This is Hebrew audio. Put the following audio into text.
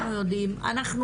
אוקיי.